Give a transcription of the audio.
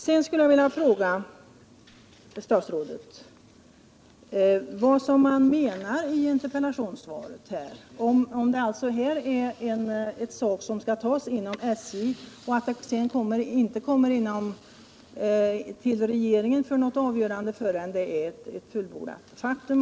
Vidare skulle jag vilja fråga statsrådet vad han menar i interpellationssvaret — om detta är en sak som skall beslutas inom SJ och som inte kommer till regeringen för avgörande förrän det är ett fullbordat faktum.